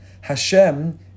Hashem